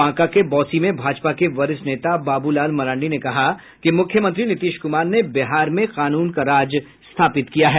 बांका के बौंसी में भाजपा के वरिष्ठ नेता बाबू लाल मरांडी ने कहा कि मुख्यमंत्री नीतीश कुमार ने बिहार में कानून का राज स्थापित किया है